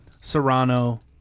serrano